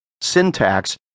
syntax